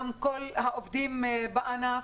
וגם כל העובדים בענף,